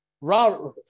Rob